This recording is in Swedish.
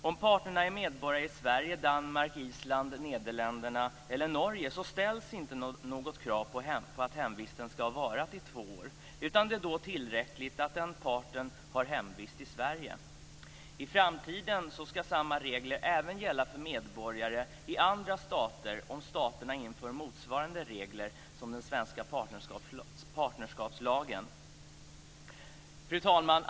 Om parterna är medborgare i Sverige, Danmark, Island, Nederländerna eller Norge ställs inte något krav på att hemvisten ska ha varat i två år. Då är det tillräckligt att den aktuella parten har hemvist i Sverige. I framtiden ska samma regler även gälla för medborgare i andra stater om staterna inför motsvarande regler som den svenska partnerskapslagen. Fru talman!